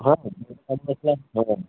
ହଁ ହଁ